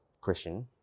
Christian